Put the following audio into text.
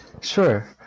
Sure